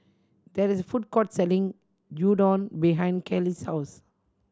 there is a food court selling Gyudon behind Kelly's house